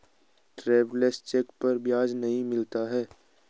travellers cheque पर ब्याज नहीं मिलता है